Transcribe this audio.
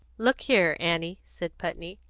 look here, annie, said putney,